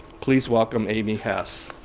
please welcome aimee hess.